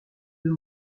deux